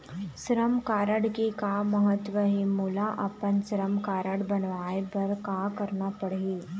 श्रम कारड के का महत्व हे, मोला अपन श्रम कारड बनवाए बार का करना पढ़ही?